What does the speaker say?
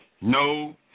No